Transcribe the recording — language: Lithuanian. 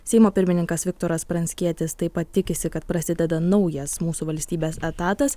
seimo pirmininkas viktoras pranckietis taip pat tikisi kad prasideda naujas mūsų valstybės etatas